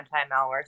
anti-malware